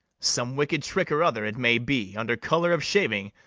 some wicked trick or other it may be, under colour of shaving,